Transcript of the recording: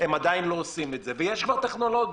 יש כבר טכנולוגיה.